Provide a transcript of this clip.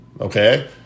okay